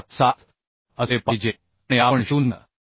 77 असले पाहिजे आणि आपण 0